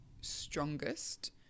strongest